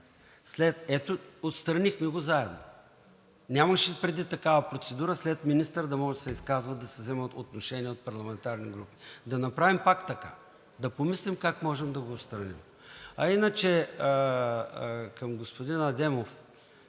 Ето – отстранихме го заедно. Нямаше преди такава процедура след министър да може да се изказват, да се взима отношение от парламентарни групи. Да направим пак така, да помислим как може да го отстраним. А иначе – към господин Адемов.